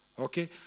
Okay